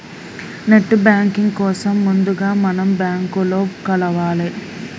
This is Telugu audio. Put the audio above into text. నెట్ బ్యాంకింగ్ కోసం ముందుగా మనం బ్యాంకులో కలవాలే